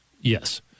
Yes